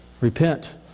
Repent